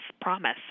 promise